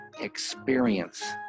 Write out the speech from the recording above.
experience